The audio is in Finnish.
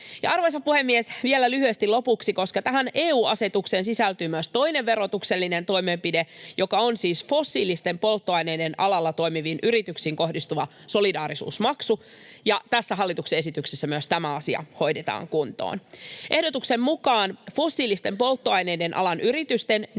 Arvoisa puhemies! Vielä lyhyesti lopuksi: Koska tähän EU-asetukseen sisältyy myös toinen verotuksellinen toimenpide, joka on siis fossiilisten polttoaineiden alalla toimiviin yrityksiin kohdistuva solidaarisuusmaksu, tässä hallituksen esityksessä myös tämä asia hoidetaan kuntoon. Ehdotuksen mukaan fossiilisten polttoaineiden alan yritysten niin